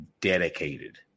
dedicated